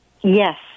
Yes